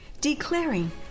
declaring